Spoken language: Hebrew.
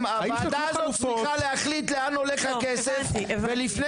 הוועדה הזאת צריכה להחליט לאן הולך הכסף ולפני